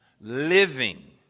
living